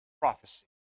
Prophecy